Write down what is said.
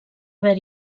haver